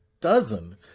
dozen